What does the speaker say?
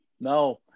no